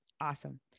Awesome